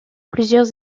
plusieurs